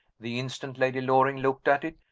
the instant lady loring looked at it,